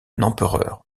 empereur